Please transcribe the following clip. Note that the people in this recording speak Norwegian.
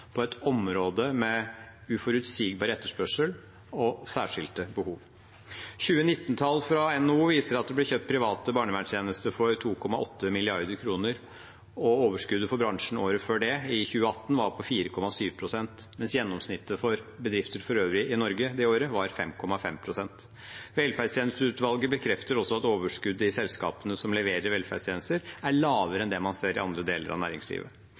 på et område med uforutsigbar etterspørsel og særskilte behov. 2019-tall fra NHO viser at det ble kjøpt private barnevernstjenester for 2,8 mrd. kr, og overskuddet for bransjen året før det, i 2018, var på 4,7 pst., mens gjennomsnittet for bedrifter for øvrig i Norge det året var 5,5 pst. Velferdstjenesteutvalget bekrefter også at overskuddet i selskapene som leverer velferdstjenester, er lavere enn det man ser i andre deler av næringslivet.